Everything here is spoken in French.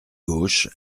gauche